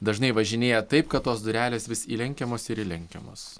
dažnai važinėja taip kad tos durelės vis įlenkiamos ir įlenkiamos